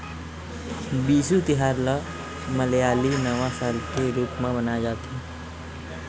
बिसु तिहार ल मलयाली नवा साल के रूप म मनाए जाथे